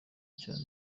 cyane